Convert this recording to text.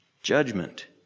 Judgment